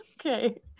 okay